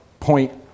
point